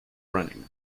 running